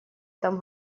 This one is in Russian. там